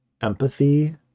empathy